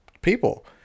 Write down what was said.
people